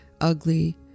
ugly